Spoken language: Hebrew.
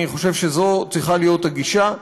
אני חושב שזו צריכה להיות הגישה,